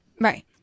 right